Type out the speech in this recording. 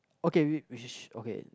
okay we which is okay